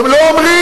הם לא אומרים.